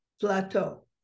plateau